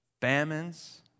famines